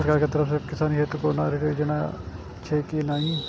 सरकार के तरफ से किसान हेतू कोना ऋण योजना छै कि नहिं?